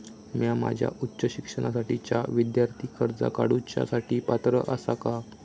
म्या माझ्या उच्च शिक्षणासाठीच्या विद्यार्थी कर्जा काडुच्या साठी पात्र आसा का?